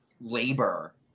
labor